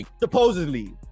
supposedly